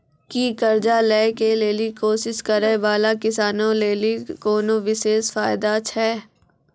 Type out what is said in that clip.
कि कर्जा लै के लेली कोशिश करै बाला किसानो लेली कोनो विशेष फायदा छै?